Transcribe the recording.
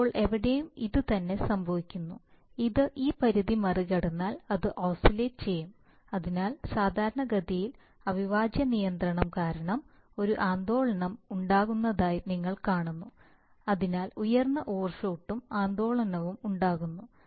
ഇപ്പോൾ ഇവിടെയും ഇതുതന്നെ സംഭവിക്കുന്നു അത് ഈ പരിധി മറികടന്നാൽ അത് ഓസിലേറ്റ് ചെയ്യും അതിനാൽ സാധാരണഗതിയിൽ അവിഭാജ്യ നിയന്ത്രണം കാരണം ഒരു ആന്ദോളനം ഉണ്ടാകുന്നതായി നിങ്ങൾ കാണുന്നു അതിനാൽ ഉയർന്ന ഓവർഷൂട്ടും ആന്ദോളനവും ഉണ്ടാകുന്നു